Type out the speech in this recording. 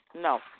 No